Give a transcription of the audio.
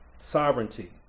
sovereignty